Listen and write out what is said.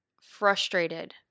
frustrated